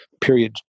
period